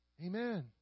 Amen